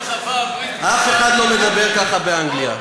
אף אחד לא מדבר ככה באנגליה.